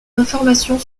informations